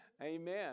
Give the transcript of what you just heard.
Amen